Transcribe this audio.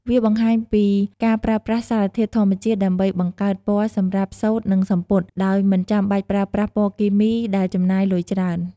វាបង្ហាញពីការប្រើប្រាស់សារធាតុធម្មជាតិដើម្បីបង្កើតពណ៌សម្រាប់សូត្រនិងសំពត់ ដោយមិនចាំបាច់ប្រើប្រាស់ពណ៌គីមីដែលចំណាយលុយច្រើន។